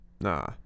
nah